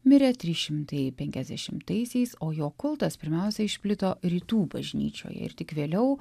mirė trys šimtai penkiasdešimtaisiais o jo kultas pirmiausia išplito rytų bažnyčioje ir tik vėliau